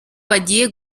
bagiye